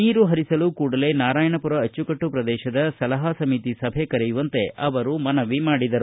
ನೀರು ಪರಿಸಲು ಕೂಡಲೇ ನಾರಾಯಣಪುರ ಅಚ್ಚುಕಟ್ಟು ಪ್ರದೇಶದ ಸಲಹಾ ಸಮಿತಿ ಸಭೆ ಕರೆಯುವಂತೆ ಅವರು ಮನವಿ ಮಾಡಿದರು